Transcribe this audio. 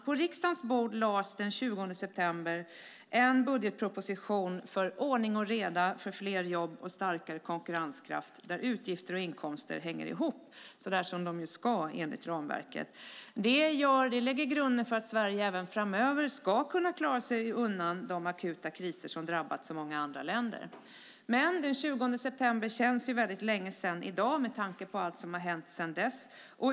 På riksdagens bord lades den 20 september en budgetproposition för ordning och reda, fler jobb och starkare konkurrenskraft där utgifter och inkomster hänger ihop, så som de ska enligt ramverket. Det lägger grunden för att Sverige även framöver ska kunna klara sig undan de akuta kriser som drabbat många andra länder. Men i dag känns det som att den 20 september var väldigt länge sedan, med tanke på allt som har hänt sedan dess.